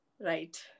Right